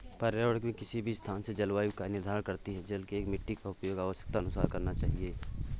पर्यावरण ही किसी भी स्थान के जलवायु का निर्धारण करती हैं जल एंव मिट्टी का उपयोग आवश्यकतानुसार करना चाहिए